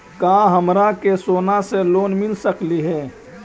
का हमरा के सोना से लोन मिल सकली हे?